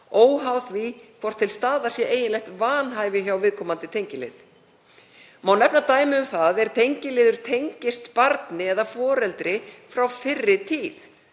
óháð því hvort til staðar sé eiginlegt vanhæfi hjá viðkomandi tengilið. Má nefna dæmi um það er tengiliður tengist barni eða foreldri frá fyrri tíð